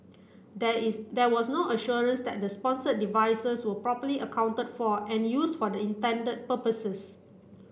there is there was no assurance that the sponsored devices were properly accounted for and used for the intended purposes